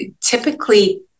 typically